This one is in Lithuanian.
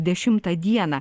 dešimtą dieną